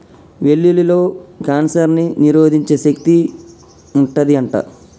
వెల్లుల్లిలో కాన్సర్ ని నిరోధించే శక్తి వుంటది అంట